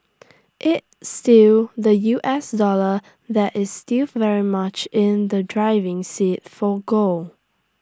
it's still the U S dollar that is still very much in the driving seat for gold